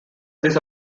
these